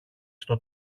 στο